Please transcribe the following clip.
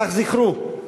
אך זכרו,